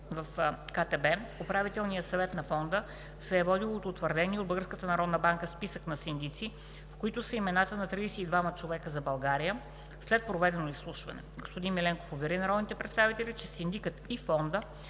в КТБ Управителният съвет на Фонда се е водил от утвърдения от Българската народна банка списък на синдици, в който са имената на 32 човека за България, след проведено изслушване. Господин Миленков увери народните представители, че синдикът и Фондът